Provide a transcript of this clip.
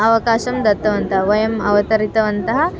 अवकाशं दत्तवन्तः वयम् अवतरितवन्तः